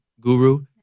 guru